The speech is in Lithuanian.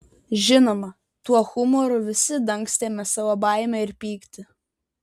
žinoma tuo humoru visi dangstėme savo baimę ir pyktį